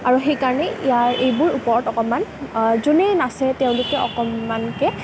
আৰু সেইকাৰণে এইবোৰৰ ওপৰত অকণমান যোনেই নাচে তেওঁলোকে অকণমানকৈ